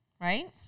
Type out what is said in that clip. Right